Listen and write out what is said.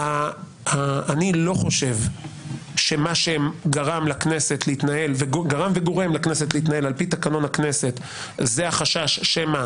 אני לא חושב שמה שגרם וגורם לכנסת להתנהל על פי תקנון הכנסת זה החשש שמא